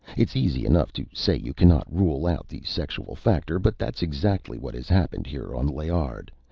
it's easy enough to say you cannot rule out the sexual factor, but that's exactly what has happened here on layard.